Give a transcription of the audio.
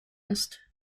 ist